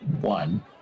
One